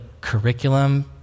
curriculum